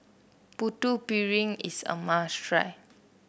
Putu Piring is a must try